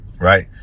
right